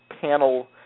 panel